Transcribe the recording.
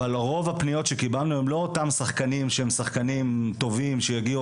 אבל רוב הפניות שקיבלנו זה לא אותם שחקנים שהם שחקנים טובים שיגיעו